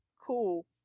Cool